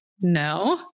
no